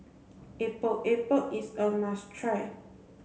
Epok Epok is a must try